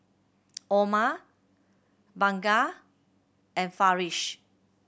Omar Bunga and Farish